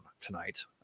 tonight